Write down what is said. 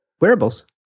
Wearables